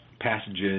passages